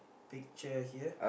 picture here